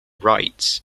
rights